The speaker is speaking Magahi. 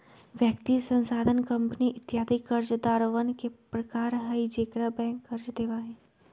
व्यक्ति, संस्थान, कंपनी इत्यादि कर्जदारवन के प्रकार हई जेकरा बैंक कर्ज देवा हई